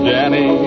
Danny